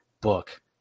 book